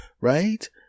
Right